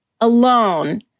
alone